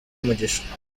umugisha